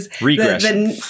Regression